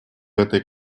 этой